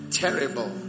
terrible